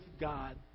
God